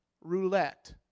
roulette